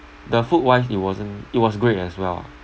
the food wise it wasn't it was great as well ah